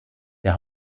der